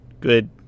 Good